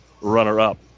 runner-up